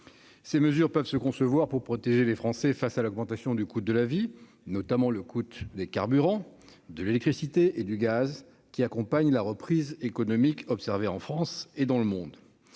Ces mesures peuvent se concevoir pour protéger les Français face à l'augmentation du coût de la vie, notamment du prix des carburants, de l'électricité et du gaz, qui accompagne la reprise économique observée en France et dans le monde.